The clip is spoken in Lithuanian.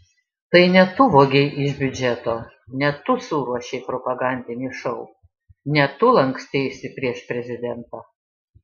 tai ne tu vogei iš biudžeto ne tu suruošei propagandinį šou ne tu lanksteisi prieš prezidentą